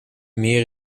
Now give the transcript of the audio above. meer